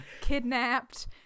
kidnapped